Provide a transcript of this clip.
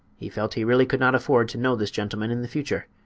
he felt he really could not afford to know this gentleman in the future.